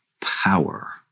power